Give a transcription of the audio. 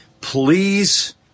Please